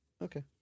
Okay